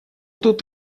тут